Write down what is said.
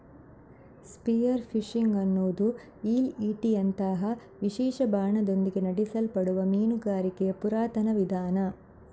spear fishing ಅನ್ನುದು ಈಲ್ ಈಟಿಯಂತಹ ವಿಶೇಷ ಬಾಣದೊಂದಿಗೆ ನಡೆಸಲ್ಪಡುವ ಮೀನುಗಾರಿಕೆಯ ಪುರಾತನ ವಿಧಾನ